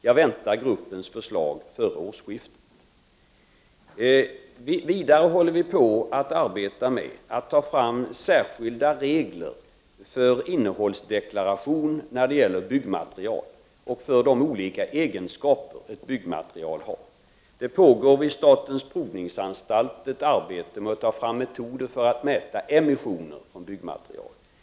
Jag väntar gruppens förslag före årsskiftet. Vidare arbetar vi med att ta fram särskilda regler för innehållsdeklaration när det gäller byggmaterial och för de olika egenskaper som ett byggmaterial skall ha. Det pågår vid statens provningsanstalt ett arbete med att ta fram metoder för att mäta emissioner när det gäller byggmaterial.